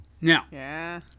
Now